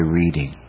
reading